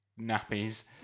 nappies